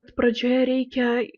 pradžioje reikia